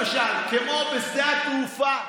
למשל כמו בשדה התעופה,